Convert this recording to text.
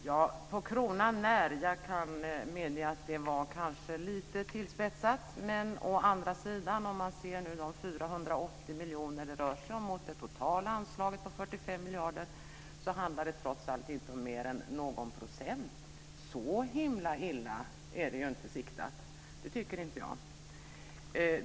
Fru talman! Jag kan medge att det kanske var lite tillspetsat att säga på kronan när. Men om man å andra sidan ser de 480 miljoner det rör sig om mot det totala anslaget på 45 miljarder handlar det trots allt inte om mer än någon procent. Så himla illa är det ju inte siktat. Det tycker inte jag.